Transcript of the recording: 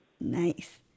Nice